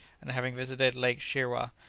and having visited lake shirwa,